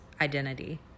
identity